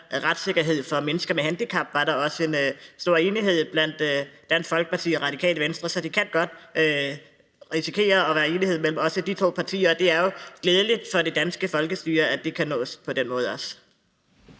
retssikkerhed for mennesker med handicap, er der også en stor enighed blandt Dansk Folkeparti og Radikale Venstre. Så der kan godt risikere at være enighed mellem os og de to partier, og det er jo glædeligt for det danske folkestyre, at det også kan opnås.